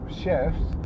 chefs